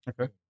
Okay